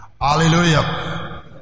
hallelujah